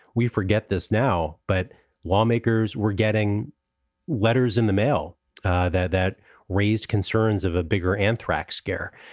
we forget this now, but lawmakers were getting letters in the mail that that raised concerns of a bigger anthrax scare.